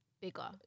bigger